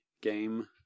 game